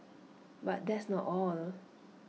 but that's not all